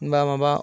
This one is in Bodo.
होनबा माबा